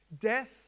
Death